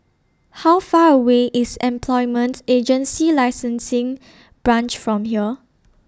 How Far away IS Employment Agency Licensing Branch from here